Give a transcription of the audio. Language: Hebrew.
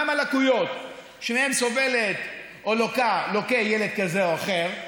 מהן הלקויות שמהן סובל או בהן לוקה ילד כזה או אחר?